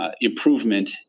improvement